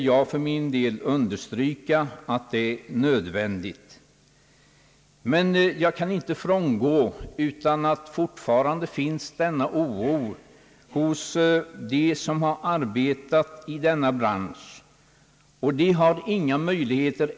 Jag vill för min del understryka att det är nödvändigt att så sker, men jag förstår att oro fortfarande finns hos dem som arbetar i Nykroppa och Ljusdal.